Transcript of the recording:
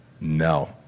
No